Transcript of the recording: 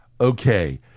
Okay